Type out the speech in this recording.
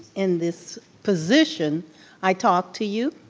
in this position i talked to you